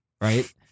right